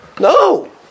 no